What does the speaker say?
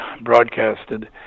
broadcasted